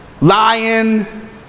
lion